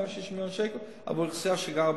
160 מיליון שקל עבור אוכלוסייה שגרה בפריפריה.